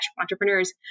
entrepreneurs